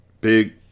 big